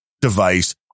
device